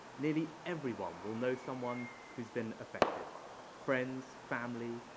nearly everyone will know someone who's been affected friends, family,